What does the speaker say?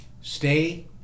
stay